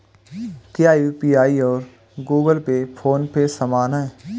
क्या यू.पी.आई और Google Pay PhonePe समान हैं?